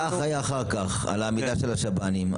אתה אחראי אחר כך על העמידה של השב"נים.